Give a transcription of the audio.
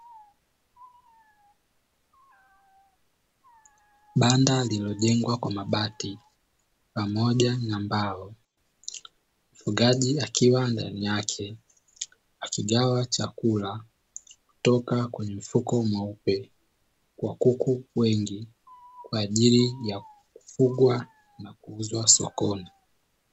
Banda lililojengwa kwa mabati pamoja na mbao, mfugaji akiwa ndani yake akigawa chakula kutoka kwenye mfuko mweupe wa kuku wengi kwa ajili ya kufugwa na kuuzwa sokoni.